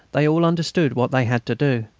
they all understood what they had to do.